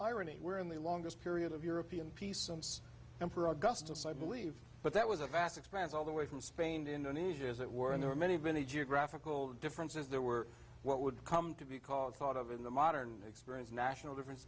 irony where in the longest period of european peace emperor augustus i believe but that was a vast expanse all the way from spain indonesia as it were and there are many many geographical differences there were what would come to be called thought of in the modern experience national difference